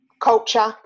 culture